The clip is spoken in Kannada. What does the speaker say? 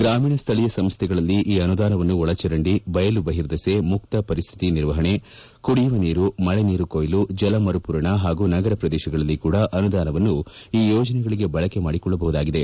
ಗ್ರಾಮೀಣ ಸ್ವಳೀಯ ಸಂಸ್ವೆಗಳಲ್ಲಿ ಈ ಅನುದಾನವನ್ನು ಒಳಚರಂಡಿ ಬಯಲು ಬಹಿರ್ದೆಸೆ ಮುಕ್ತ ಪರಿಸ್ವಿತಿ ನಿರ್ವಹಣೆ ಕುಡಿಯುವ ನೀರು ಮಳೆ ನೀರು ಕೊಯ್ಲು ಜಲ ಮರುಪೂರಣ ಹಾಗೂ ನಗರ ಪ್ರದೇಶಗಳಲ್ಲಿ ಕೂಡ ಅನುದಾನವನ್ನು ಈ ಯೋಜನೆಗಳಿಗೆ ಬಳಕೆ ಮಾಡಿಕೊಳ್ಳಬಹುದಾಗಿದೆ